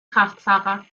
kraftfahrer